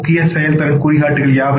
முக்கிய செயல்திறன் குறிகாட்டிகள் யாவை